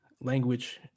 language